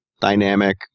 dynamic